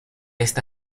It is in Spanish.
esta